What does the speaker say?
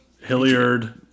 Hilliard